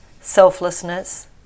selflessness